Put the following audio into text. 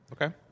Okay